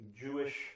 Jewish